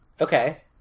okay